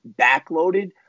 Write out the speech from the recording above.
backloaded